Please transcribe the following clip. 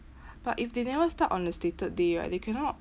but if they never start on the stated day right they cannot